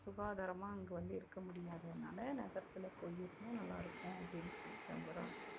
சுகாதாரமாக அங்கே வந்து இருக்கற முடியாததுனால் நகரத்தில் போய் இருந்தால் நல்லாயிருக்கும் அப்படின் சொல்லி நம்புகிறோம்